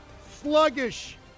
sluggish